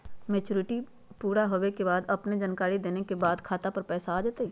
Maturity पुरा होवे के बाद अपने के जानकारी देने के बाद खाता पर पैसा आ जतई?